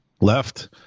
Left